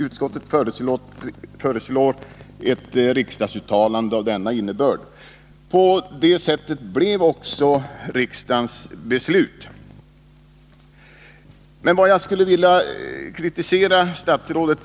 Utskottet föreslår ett riksdagsuttalande av denna innebörd.” Detta blev också riksdagens beslut. Jag skulle emellertid vilja kritisera statsrådet.